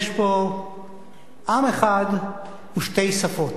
יש פה עם אחד ושתי שפות: